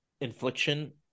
infliction